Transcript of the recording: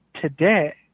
today